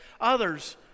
Others